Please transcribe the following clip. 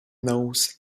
knows